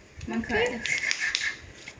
okay